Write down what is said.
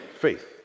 faith